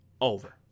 Over